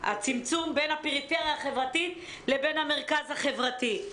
הצמצום בין הפריפריה החברתית לבין המרכז החברתי.